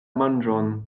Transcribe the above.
manĝon